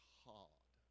hard